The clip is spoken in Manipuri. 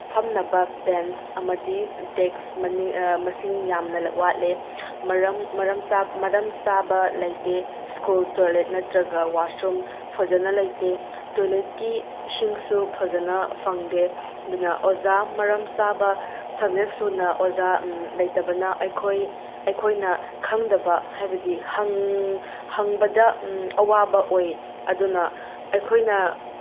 ꯐꯝꯅꯕ ꯕꯦꯟꯁ ꯑꯃꯗꯤ ꯗꯦꯛꯁ ꯃꯁꯤꯡ ꯌꯥꯝꯅ ꯋꯥꯠꯂꯦ ꯃꯔꯝ ꯃꯔꯝ ꯃꯔꯝ ꯆꯥꯕ ꯂꯩꯇꯦ ꯁ꯭ꯀꯨꯜ ꯇꯣꯏꯂꯦꯠ ꯅꯠꯇ꯭ꯔꯒ ꯋꯥꯁꯔꯨꯝ ꯐꯖꯅ ꯂꯩꯇꯦ ꯇꯣꯏꯂꯦꯠꯀꯤ ꯏꯁꯤꯡꯁꯨ ꯐꯖꯅ ꯐꯪꯗꯦ ꯑꯗꯨꯅ ꯑꯣꯖꯥ ꯃꯔꯝ ꯆꯥꯕ ꯁꯕꯖꯦꯛ ꯁꯨꯅ ꯑꯣꯖꯥ ꯂꯩꯇꯕꯅ ꯑꯩꯈꯣꯏ ꯑꯩꯈꯣꯏꯅ ꯈꯪꯗꯕ ꯍꯥꯏꯕꯗꯤ ꯍꯪꯕꯗ ꯑꯋꯥꯕ ꯑꯣꯏ ꯑꯗꯨꯅ ꯑꯩꯈꯣꯏꯅ